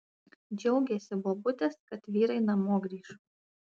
džiaugėsi bobutės kad vyrai namo grįš